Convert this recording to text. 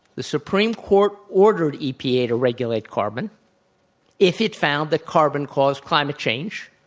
the supreme court ordered epa to regulate carbon if it found that carbon caused climate change.